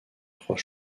trois